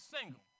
single